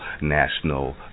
national